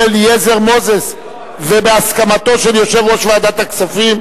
לדיון מוקדם בוועדה שתקבע ועדת הכנסת נתקבלה.